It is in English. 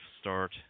start